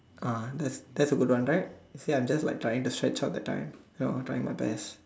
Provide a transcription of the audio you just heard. ah that that's a good one right see like I'm just trying to stretch out the time you know trying my best